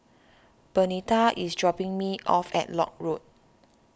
Bernita is dropping me off at Lock Road